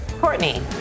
Courtney